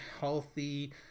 healthy